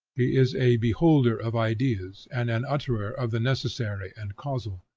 he is a beholder of ideas and an utterer of the necessary and causal.